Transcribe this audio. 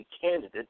candidate